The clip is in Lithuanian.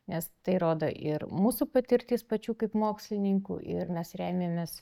nes tai rodo ir mūsų patirtis pačių kaip mokslininkų ir mes remiamės